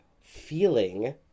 feeling